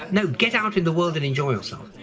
no! get out in the world and enjoy yourself.